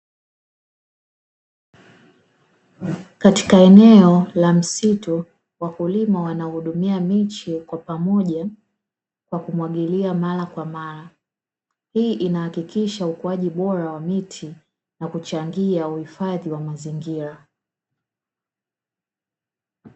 Katika eneo la msitu wakulima wanahudumia miche kwa pamoja kwa kumwagilia mara kwa mara hii inahakikisha ukuaji bora wa miti na kuchangia uhifadhi wa mazingira.